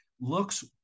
looks